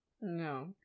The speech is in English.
No